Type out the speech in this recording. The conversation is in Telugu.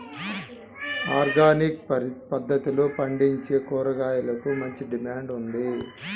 ఆర్గానిక్ పద్దతిలో పండించే కూరగాయలకు మంచి డిమాండ్ ఉంది